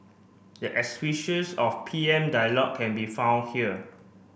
the of P M dialogue can be found here